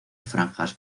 franjas